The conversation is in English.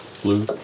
Blue